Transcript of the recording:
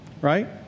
Right